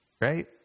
Right